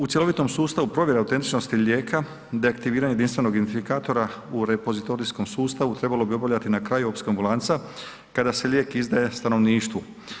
U cjelovitom sustavu provjere autentičnosti lijeka, deaktiviranje jedinstvenog identifikatora u repozitorijskom sustavu trebalo bi obavljati na kraju …/nerazumljivo/… kada se lijek izdaje stanovništvu.